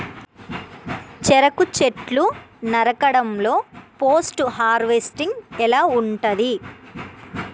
చెరుకు చెట్లు నరకడం లో పోస్ట్ హార్వెస్టింగ్ ఎలా ఉంటది?